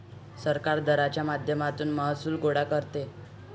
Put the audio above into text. सरकार दराच्या माध्यमातून महसूल गोळा करते